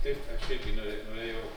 taip aš irgi no norėjau